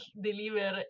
deliver